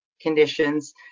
conditions